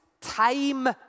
time